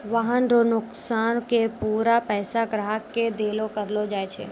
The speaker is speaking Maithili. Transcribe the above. वाहन रो नोकसान के पूरा पैसा ग्राहक के देलो करलो जाय छै